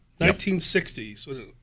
1960s